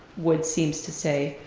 wood seems to say,